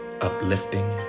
uplifting